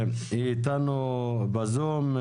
היא איתנו בזום,